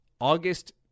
August